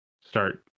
start